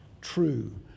true